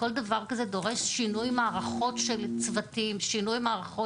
כל דבר כזה דורש שינוי מערכות של צוותים וזה,